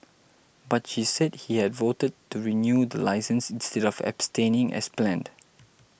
but she said he had voted to renew the licence instead of abstaining as planned